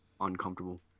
uncomfortable